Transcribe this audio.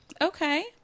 Okay